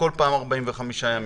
בכל פעם 45 ימים?